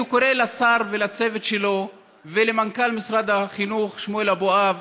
אני קורא לשר ולצוות שלו ולמנכ"ל משרד החינוך שמואל אבואב